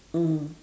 mm